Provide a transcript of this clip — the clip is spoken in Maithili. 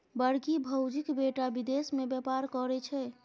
बड़की भौजीक बेटा विदेश मे बेपार करय छै